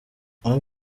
aho